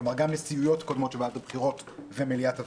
כלומר גם נשיאויות קודמות של ועדת הבחירות ומליאת הוועדה,